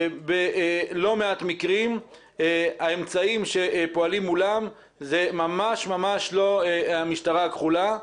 בלא מעט מקרים האמצעים שפועלים מולם זה ממש ממש לא המשטרה הכחולה.